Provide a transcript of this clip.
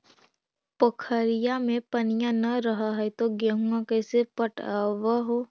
पोखरिया मे पनिया न रह है तो गेहुमा कैसे पटअब हो?